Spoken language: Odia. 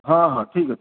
ହଁ ହଁ ଠିକ୍ ଅଛି